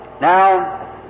Now